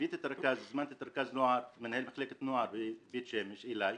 הזמנתי את מנהל מחלקת הנוער בבית שמש אלי,